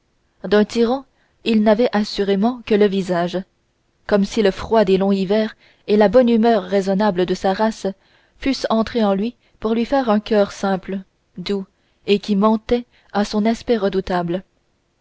d'un tyran il n'avait assurément que le visage comme si le froid des longs hivers et la bonne humeur raisonnable de sa race fussent entrés en lui pour lui faire un coeur simple doux et qui mentait à son aspect redoutable